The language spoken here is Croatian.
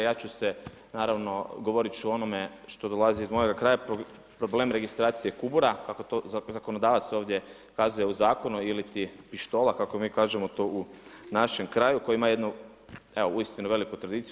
Ja ću se, naravno govorit ću o onome što dolazi iz mojega kraja problem registracije kubura kako to zakonodavac ovdje ukazuje u zakonu ili ti pištola kako mi to kažemo u našem kraju koji ima jednu evo uistinu veliku tradiciju.